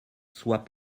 soit